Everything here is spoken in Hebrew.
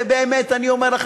ובאמת אני אומר לך,